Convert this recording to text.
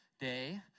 day